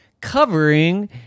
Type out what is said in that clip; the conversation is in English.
covering